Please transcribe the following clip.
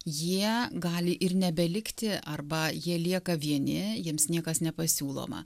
jie gali ir nebelikti arba jie lieka vieni jiems niekas nepasiūloma